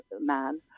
man